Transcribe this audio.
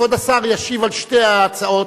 כבוד השר ישיב על שתי ההצעות.